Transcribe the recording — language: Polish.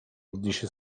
odniesie